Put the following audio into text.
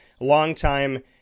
longtime